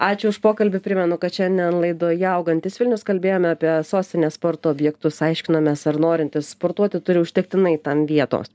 ačiū už pokalbį primenu kad šiandien laidoje augantis vilnius kalbėjome apie sostinės sporto objektus aiškinomės ar norintys sportuoti turi užtektinai tam vietos